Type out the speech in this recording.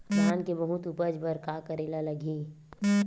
धान के बहुत उपज बर का करेला लगही?